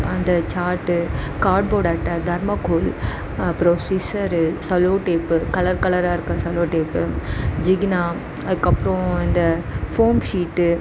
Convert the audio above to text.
அந்த chart cardboard அட்டை thermocol அப்புறம் சிஸ்ஸரு சல்லோடேப்பு கலர் கலராக இருக்க சல்லோடேப்பு ஜிகினா அதுக்கு அப்புறோம் இந்த ஃபோம் ஷீட்டு